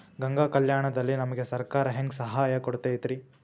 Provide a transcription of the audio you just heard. ಗಂಗಾ ಕಲ್ಯಾಣ ದಲ್ಲಿ ನಮಗೆ ಸರಕಾರ ಹೆಂಗ್ ಸಹಾಯ ಕೊಡುತೈತ್ರಿ?